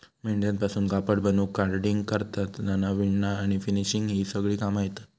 मेंढ्यांपासून कापड बनवूक कार्डिंग, कातरना, विणना आणि फिनिशिंग ही सगळी कामा येतत